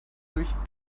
durch